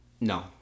No